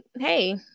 hey